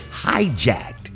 hijacked